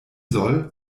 soll